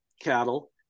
cattle